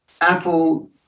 Apple